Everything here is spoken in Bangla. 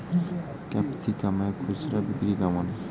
ক্যাপসিকাম খুচরা বিক্রি কেমন?